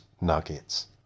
Nuggets